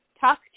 Talk